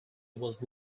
was